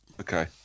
Okay